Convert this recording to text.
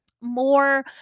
more